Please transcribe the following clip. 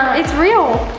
it's real.